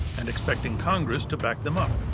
and expecting congress to back them up.